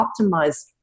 optimized